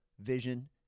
vision